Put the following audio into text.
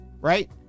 Right